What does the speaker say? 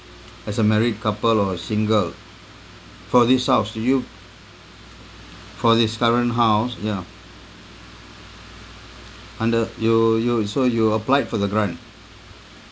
as a married couple or single for this house do you for this current house yeah under you you so you applied for the grant